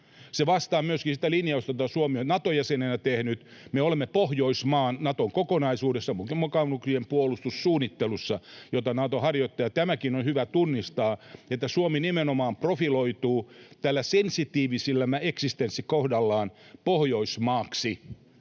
Se vastaa myöskin sitä linjausta, jota Suomi on Naton jäsenenä tehnyt: me olemme Pohjoismaa Naton kokonaisuudessa, mukaan lukien puolustussuunnittelussa, jota Nato harjoittaa. Tämäkin on hyvä tunnistaa, että Suomi nimenomaan profiloituu tällä sensitiivisimmällä eksistenssikohdallaan Pohjoismaaksi,